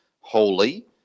holy